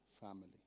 family